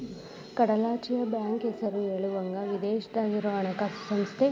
ಕಡಲಾಚೆಯ ಬ್ಯಾಂಕ್ ಹೆಸರ ಹೇಳುವಂಗ ವಿದೇಶದಾಗ ಇರೊ ಹಣಕಾಸ ಸಂಸ್ಥೆ